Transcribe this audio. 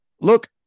look